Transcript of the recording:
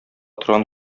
торган